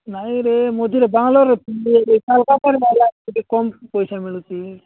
ନାଇଁରେ ମଝିରେ ବାଙ୍ଗଲୋରରେ ଥିଲି ଏଇ କୋଲକାତାରେ କମ୍ ପଇସା ମିଳୁଛି